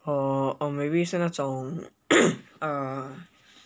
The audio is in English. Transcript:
or or maybe 是那种 uh